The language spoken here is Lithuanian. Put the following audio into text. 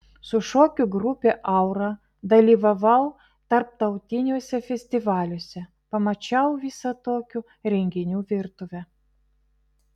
su šokių grupe aura dalyvavau tarptautiniuose festivaliuose pamačiau visą tokių renginių virtuvę